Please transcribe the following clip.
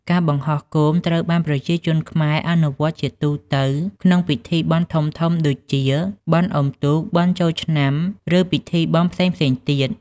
ការបង្ហោះគោមត្រូវបានប្រជាជនខ្មែរអនុវត្តន៍ជាទូទៅក្នុងពិធីបុណ្យធំៗ ដូចជាបុណ្យអុំទូក បុណ្យចូលឆ្នាំ ឬពិធីបុណ្យផ្សេងៗទៀត។